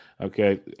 Okay